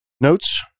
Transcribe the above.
Notes